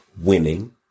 Winning